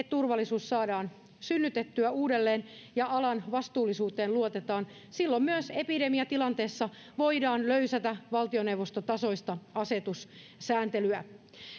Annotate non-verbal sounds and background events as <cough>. <unintelligible> turvallisuus saadaan synnytettyä uudelleen ja alan vastuullisuuteen luotetaan silloin myös epidemiatilanteessa voidaan löysätä valtioneuvostotasoista asetussääntelyä